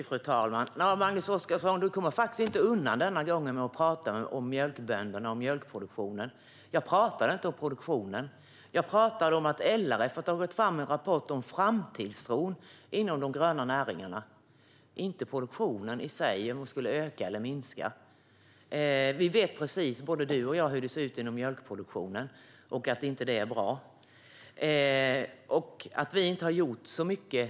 Fru talman! Magnus Oscarsson: Den här gången kommer du faktiskt inte undan med att prata om mjölkbönderna och mjölkproduktionen! Jag pratade inte om produktionen utan om att LRF har tagit fram en rapport om framtidstron inom de gröna näringarna. Jag pratade inte om produktionen i sig eller huruvida den skulle öka eller minska. Både du och jag vet precis hur det ser ut inom mjölkproduktionen och att detta inte är bra. Du påstår att vi inte har gjort särskilt mycket.